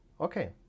Okay